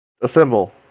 assemble